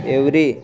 every